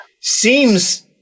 seems